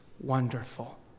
wonderful